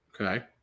Okay